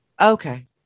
okay